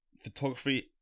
photography